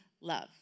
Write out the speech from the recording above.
love